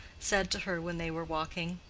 said to her when they were walking,